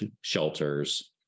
shelters